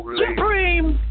supreme